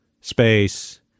space